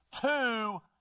two